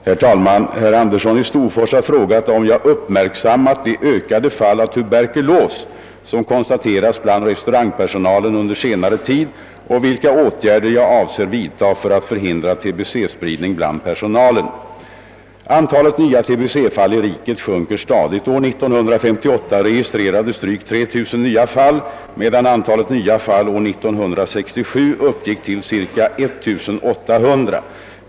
Herr talman! Herr Andersson i Storfors har frågat om jag uppmärksammat de ökade fall av tuberkulos som konstaterats bland restaurangpersonalen under senare tid och vilka åtgärder jag avser vidta för att förhindra tbe-spridning bland personalen. Antalet nya tbe-fall i riket sjunker stadigt. År 1958 registrerades drygt 3 000 nya fall medan antalet nya fall år 1967 uppgick till ca 1 800.